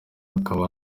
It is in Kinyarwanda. akaba